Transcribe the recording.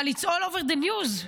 אבל It's all over the news .